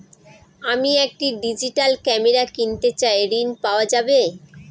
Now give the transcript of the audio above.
আমি একটি digital camera কিনতে চাই ঝণ পাওয়া যাবে?